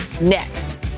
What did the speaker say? next